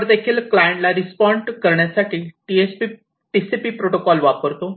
server देखील क्लायंटला respond करण्यासाठी TCP प्रोटोकॉल वापरतो